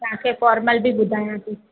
तव्हांखे फॉरमल बि ॿुधायां थी